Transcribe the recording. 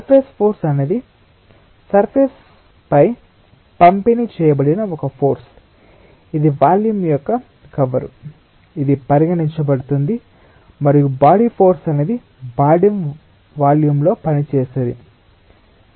surface force అనేది surface పై పంపిణీ చేయబడిన ఒక ఫోర్స్ ఇది వాల్యూమ్ యొక్క కవరు ఇది పరిగణించబడుతుంది మరియు బాడీ ఫోర్స్ అనేది బాడీ వాల్యూం లో పనిచేసేది